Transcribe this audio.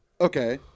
Okay